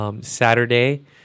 Saturday